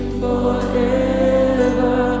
forever